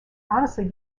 honestly